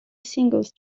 singles